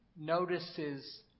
notices